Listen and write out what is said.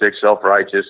self-righteous